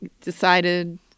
decided